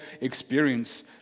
experience